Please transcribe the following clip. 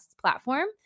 platform